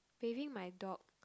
bathing my dog